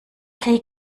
krieg